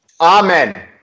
Amen